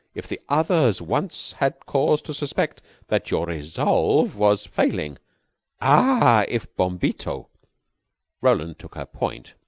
if the others once had cause to suspect that your resolve was failing ah! if bombito roland took her point.